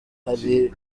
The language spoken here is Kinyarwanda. hari